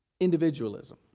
individualism